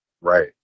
right